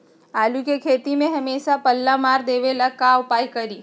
आलू के खेती में हमेसा पल्ला मार देवे ला का उपाय करी?